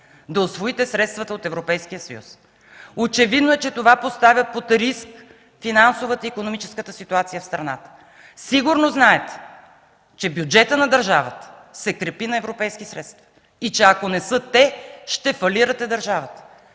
да усвоите средствата от Европейския съюз. Очевидно е, че това поставя под риск финансовата и икономическата ситуация в страната. Сигурно знаете, че бюджетът на държавата се крепи на европейски средства и че ако не са те – ще фалирате държавата.